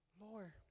Lord